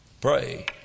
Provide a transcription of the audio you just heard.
pray